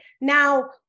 now